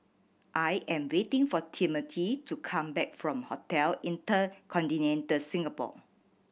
I am waiting for Timmothy to come back from Hotel InterContinental Singapore